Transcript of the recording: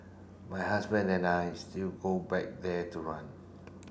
my husband and I still go back there to run